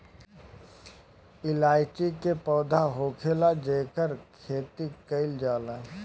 इलायची के पौधा होखेला जेकर खेती कईल जाला